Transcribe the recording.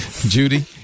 Judy